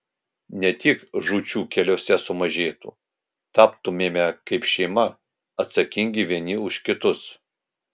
ne tik žūčių keliuose sumažėtų taptumėme kaip šeima atsakingi vieni už kitus